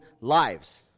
lives